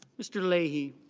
mr. lee he.